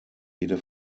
jede